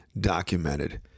documented